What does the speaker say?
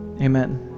Amen